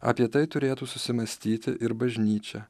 apie tai turėtų susimąstyti ir bažnyčia